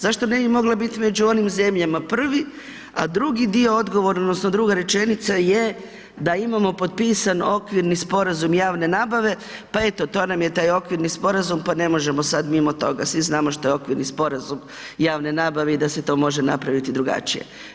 Zašto ne bi mogla bit među onim zemljama prvi, a drugi dio odgovora odnosno druga rečenica je da imamo potpisan okvirni sporazum javne nabave, pa eto to nam je taj okvirni sporazum, pa ne možemo sad mimo toga, svi znamo što je okvirni sporazum javne nabave i da se to može napraviti drugačije.